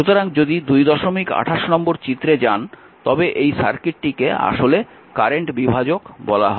সুতরাং যদি 228 নম্বর চিত্রে যান তবে এই সার্কিটটিকে আসলে কারেন্ট বিভাজক বলা হয়